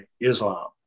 Islam